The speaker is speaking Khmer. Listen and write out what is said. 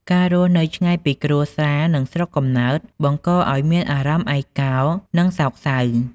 ការរស់នៅឆ្ងាយពីគ្រួសារ និងស្រុកកំណើតបង្កឲ្យមានអារម្មណ៍ឯកោ និងសោកសៅ។